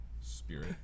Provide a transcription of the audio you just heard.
spirit